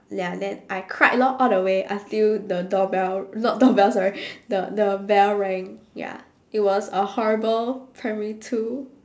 ya then I cried lor all the way until the door bell not door bell sorry the the bell rang ya it was a horrible primary two